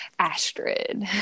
astrid